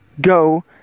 go